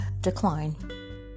decline